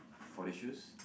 for the shoes